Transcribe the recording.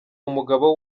umugabo